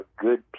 good